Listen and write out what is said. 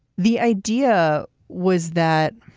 the idea was that.